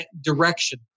direction